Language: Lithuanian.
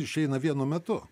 išeina vienu metu